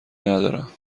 ندارم